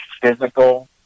physical